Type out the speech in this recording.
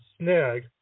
snag